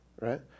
right